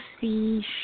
see